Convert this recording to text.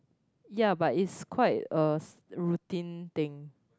yeah but it's quite a routine thing